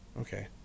Okay